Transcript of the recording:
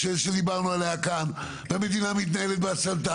מדוע השלטון המקומי פה סמוך על שולחן הממשלה ומקבץ נדבות.